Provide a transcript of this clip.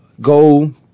go